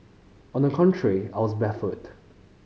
on the contrary I was baffled